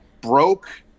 Broke